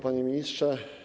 Panie Ministrze!